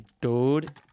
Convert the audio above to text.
dude